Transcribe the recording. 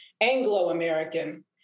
Anglo-American